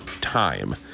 time